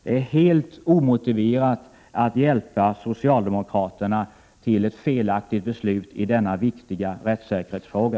Det är helt omotiverat att hjälpa socialdemokraterna till ett felaktigt beslut i denna viktiga rättssäkerhetsfråga.